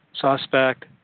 suspect